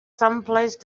someplace